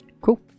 Cool